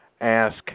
ask